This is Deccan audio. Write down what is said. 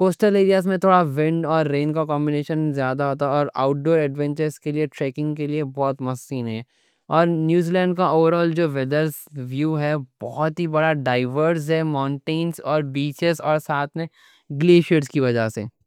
کوسٹل ایریاز میں ونڈ اور رین کا کمبینیشن زیادہ ہوتا اور آؤٹ ڈور ایڈوینچرز کے لیے ٹریکنگ کے لیے بہت مست سین ہے۔ اور نیوزی لینڈ کا اوور آل ویدر ویو بہت ہی بڑا ڈائیورس ہے، ماؤنٹینز، بیچز اور ساتھ میں گلیشئرز کی وجہ سے۔